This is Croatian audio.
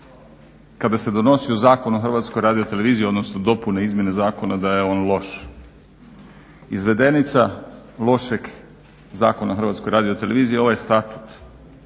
kada se donosio Zakon o Hrvatskoj radioteleviziji, odnosno dopune izmjene zakona da je on loš, izvedenica lošeg Zakona o Hrvatskoj radiotelviziji. Ovaj Statut